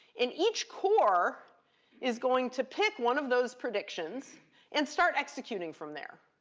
and each core is going to pick one of those predictions and start executing from there.